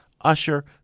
Usher